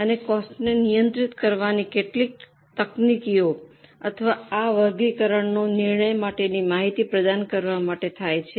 અને કોસ્ટને નિયંત્રિત કરવાની કેટલીક તકનીકીઓ અથવા આ વર્ગીકરણનો નિર્ણય માટેની માહિતી પ્રદાન કરવા માટે થાય છે